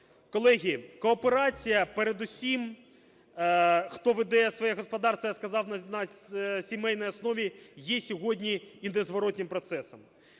Колеги, кооперація, передусім хто веде своє господарство, я сказав, на сімейній основі, є сьогодні і незворотнім процесом.